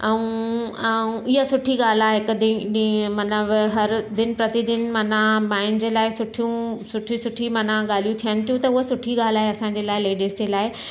ऐं ऐं इहा सुठी ॻाल्हि आहे ॾींहुं मतिलबु हर दिन प्रतिदिन माना माइयुनि जे लाइ सुठियूं सुठी सुठी माना ॻाल्हियूं थिअनि थियूं त उहा सुठी ॻाल्हि आहे असांजे लाइ लेडीस जे लाइ